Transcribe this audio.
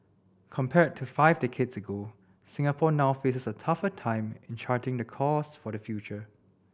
compared to five decades ago Singapore now faces a tougher time in charting the course for the future